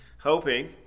hoping